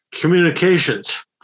communications